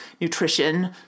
nutrition